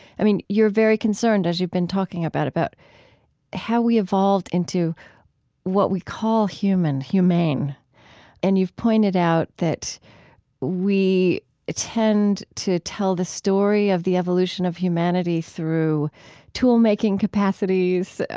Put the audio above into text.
i mean, you're very concerned as you've been talking about about how we evolved into what we call human, humane and you've pointed out that we ah tend to tell the story of the evolution of humanity through tool-making capacities,